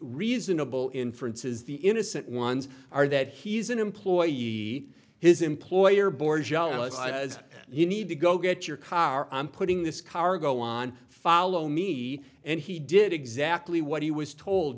reasonable inferences the innocent ones are that he's an employee his employer bores you you need to go get your car i'm putting this cargo on follow me and he did exactly what he was told